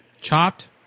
Chopped